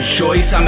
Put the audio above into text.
choice